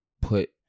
put